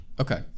Okay